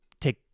take